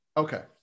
Okay